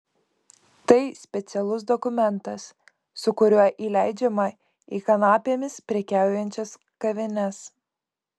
tai specialus dokumentas su kuriuo įleidžiama į kanapėmis prekiaujančias kavines